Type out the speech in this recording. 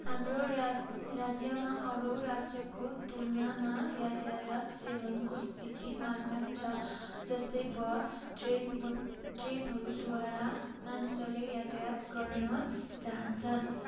हाम्रो रा राज्यमा अरू राज्यको तुलनामा यातायात सेवनको स्थिति माध्यम छ जस्तै बस ट्रेन दु ट्रेनहरूद्वारा मानिसहरूले यातायात गर्न चाहन्छन्